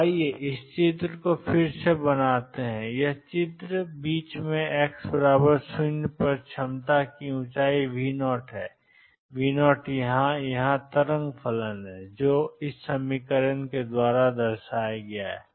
तो आइए इस चित्र को फिर से बनाते हैं यह बीच में x 0 है और क्षमता की ऊंचाई V0 है V0 यहाँ यहाँ तरंग फलन है जो Aeik1xBe ik1x है